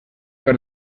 per